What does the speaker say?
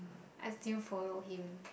ask you follow him